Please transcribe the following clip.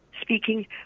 speaking